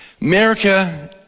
America